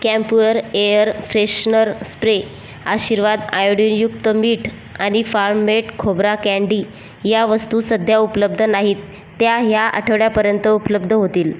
Camphure air freshener spray Aashirvaad आयोडीनयुक्त मीठ आणि फार्म मेड खोबरा कँडी या वस्तू सध्या उपलब्ध नाहीत त्या ह्या आठवड्यापर्यंत उपलब्ध होतील